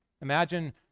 Imagine